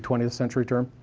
twentieth century term.